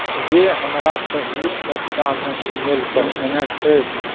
जे हमरा पहिलुक सप्ताहमे ई मेल पठेने छथि